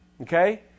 Okay